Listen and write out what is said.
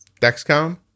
Dexcom